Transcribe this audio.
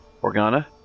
Organa